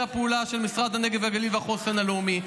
הפעולה של משרד הנגב והגליל והחוסן הלאומי,